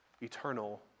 eternal